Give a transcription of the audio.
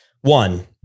one